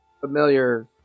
familiar